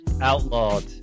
outlawed